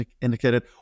indicated